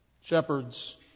Shepherds